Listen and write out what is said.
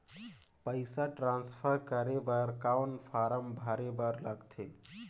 पईसा ट्रांसफर करे बर कौन फारम भरे बर लगथे?